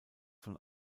von